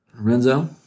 Renzo